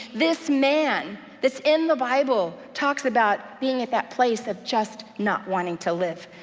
this man, this in the bible talks about being at that place of just not wanting to live.